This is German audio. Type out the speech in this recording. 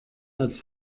als